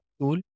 tool